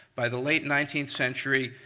by the late nineteenth century,